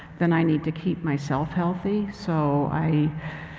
then i need to keep myself healthy. so i